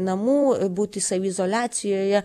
namų būti saviizoliacijoje